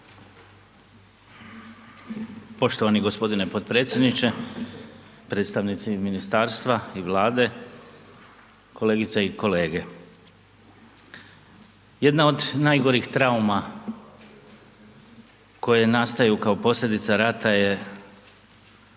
Poštovani g. potpredsjedniče, predstavnici ministarstva i Vlade, kolegice i kolege. Jedna od najgorih trauma koje nastaju kao posljedica rata je